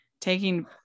taking